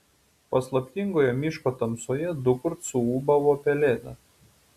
paslaptingoje miško tamsoje dukart suūbavo pelėda